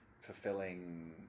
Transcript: fulfilling